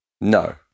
No